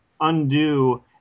undo